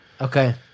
Okay